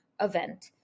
event